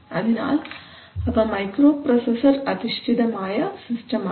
അതിനാൽ അവ മൈക്രോപ്രോസസർ അധിഷ്ഠിതമായ സിസ്റ്റം ആണ്